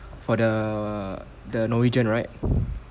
for the the norwegian right